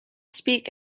speak